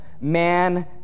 man